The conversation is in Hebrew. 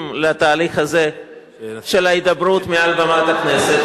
לתהליך הזה של ההידברות מעל במת הכנסת.